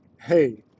hey